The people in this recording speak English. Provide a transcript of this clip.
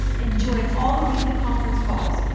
and join all the weekly conference calls,